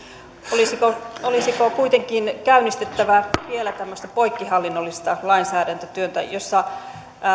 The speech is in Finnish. olisiko olisiko kuitenkin käynnistettävä vielä tämmöistä poikkihallinnollista lainsäädäntötyötä jossa